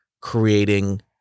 creating